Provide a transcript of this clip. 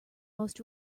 most